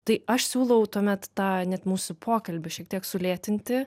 tai aš siūlau tuomet tą net mūsų pokalbį šiek tiek sulėtinti